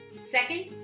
Second